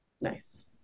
Nice